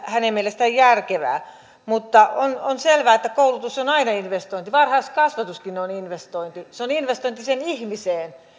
hänen mielestään järkevää mutta on on selvää että koulutus on aina investointi varhaiskasvatuskin on investointi se on investointi siihen ihmiseen